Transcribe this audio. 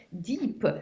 deep